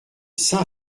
saint